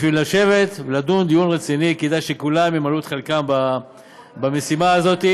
בשביל לשבת ולדון דיון רציני כדאי שכולם ימלאו את חלקם במשימה הזאת,